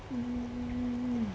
mm